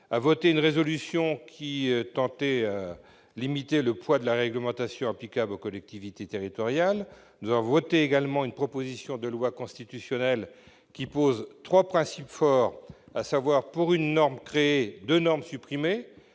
adopté une résolution qui tendait à limiter le poids de la réglementation applicable aux collectivités territoriales. Nous avons également voté une proposition de loi constitutionnelle qui pose trois principes forts : pour une norme créée, deux normes supprimées